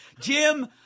Jim